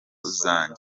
zanjye